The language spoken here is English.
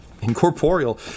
incorporeal